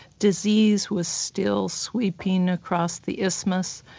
disease was still sweeping across the isthmus,